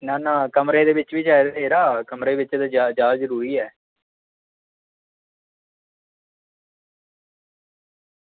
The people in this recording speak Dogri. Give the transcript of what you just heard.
ना ना कमरे दे बिच बी चाहिदे यरा कमरे बिच्च ते जादा जरूरी ऐ